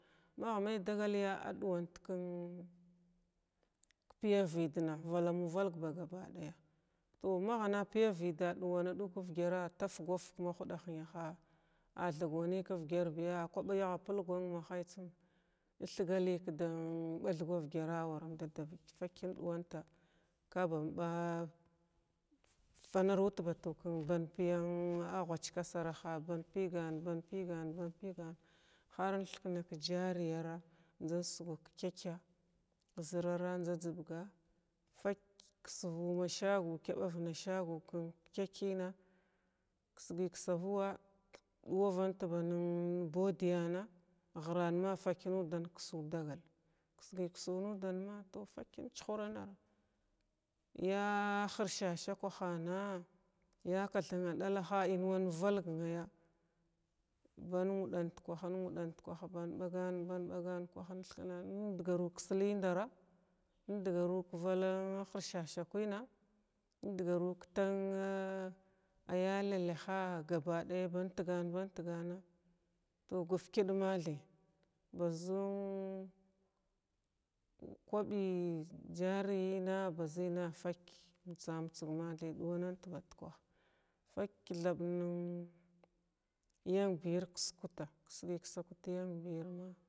Ma may dagal ya a ɗuwant kən paya vədna valumu valg ba gaba ɗay tow ma gha na piya vəda ɗuwana ɗuga k-vgyara tafga fik ma huɗa hənaha a thigwanay k-vəgyar biya kwaɓi agha pəlg nən ma hay tsum thgalləy ka dan ɓathga vgyara a waram dada vgya fək in ɗuwanta ka ban ɓa fa narwut ba tuku band payan ghwachka saraha ban pəgan- ban pəgan- ban pəgan har in thikna ka jariyyara njzən sugwa ka kəka zərara njza njzəbga fək ksvu ma shagu chaɓavna shagu kən kəka’əna kəsgy ksavu wa ɗuwavant banən body yana ghiran ma fək mudan kusu dagal ksgy ksu nudan ma fək in chuhrana ya hirsha-shawkwahana, ya kathana dala hana inwan vəlg naya ban nguɗant kwaha, ban nguɗant kwaha, ban ɓagan, ban ɓagan kuha inthiknan indagaru ka valan hirsha- shakwəna, indagaru ka tan ya ləlaha gabaɗay ban tgan ban tganna tow gofkəl ma thay ba zin kwaɓi jariyəna bazinna fək mtsa-mtsəg mathay duwanat bat kwah fək thab nən yanbiyir kiskula kisgy-kis kut yanbiyir ma